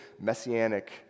messianic